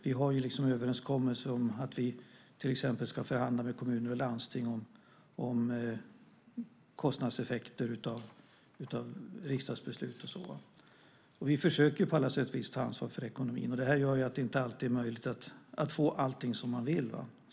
Vi har en överenskommelse om att vi till exempel ska förhandla med kommuner och landsting om kostnadseffekter av riksdagsbeslut och så vidare. Och vi försöker på alla sätt och vis ta ansvar för ekonomin. Detta gör att det inte alltid är möjligt att få allt som man vill.